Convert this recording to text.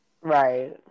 Right